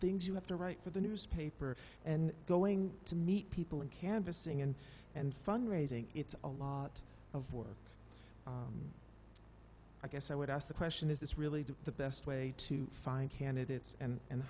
things you have to write for the newspaper and going to meet people and canvassing and and fund raising it's a lot of work i guess i would ask the question is this really do the best way to find candidates and